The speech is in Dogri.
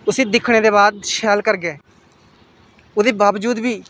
उस्सी दिक्खने दे बाद शैल करियै ओह्दे बावजूद बी